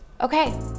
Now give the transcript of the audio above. Okay